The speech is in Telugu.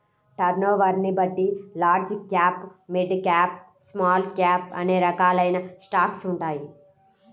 టర్నోవర్ని బట్టి large cap, mid cap, small cap అనే రకాలైన స్టాక్స్ ఉంటాయి